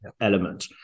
element